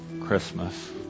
Christmas